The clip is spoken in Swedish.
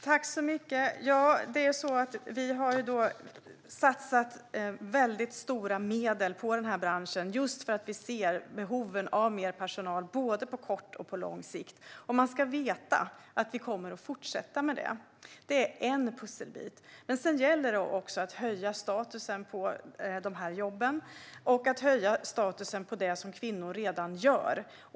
Herr talman! Vi har satsat stora medel på den här branschen just för att vi ser behoven av mer personal både på kort sikt och på lång sikt, och man ska veta att vi kommer att fortsätta med det. Det är en pusselbit. Sedan gäller det dock att även höja statusen på dessa jobb och höja statusen på det kvinnor redan gör.